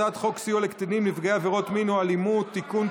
הצעת חוק סיוע לקטינים נפגעי עבירות מין או אלימות (תיקון,